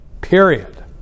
Period